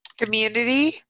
Community